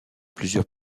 plusieurs